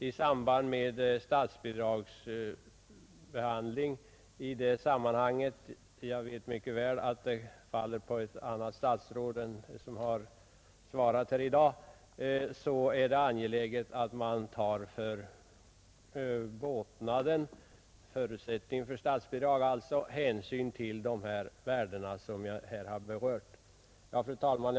I samband med behandlingen av frågan om statsbidrag i detta sammanhang — jag vet mycket väl att den frågan handläggs av ett annat statsråd än herr Lidbom som har svarat här i dag — är det angeläget att man vid bedömningen av båtnaden, alltså förutsättningen för statsbidrag, tar hänsyn till de värden jag här har berört. Fru talman!